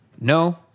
No